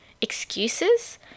excuses